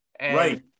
right